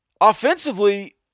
Offensively